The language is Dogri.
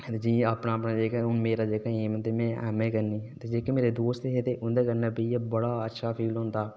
ते हून मेरा जेह्का एम ऐ ते में ऐम्मए करनी ते जेह्के मेरे दोस्त हे ते उं'दे कन्नै बेहियै बड़ा अच्छा फील होंदा हा